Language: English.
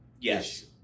Yes